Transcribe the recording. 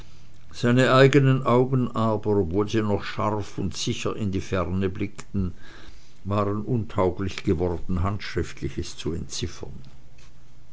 seine eigenen augen aber ob sie wohl noch scharf und sicher in die ferne blickten waren untauglich geworden handschriftliches zu entziffern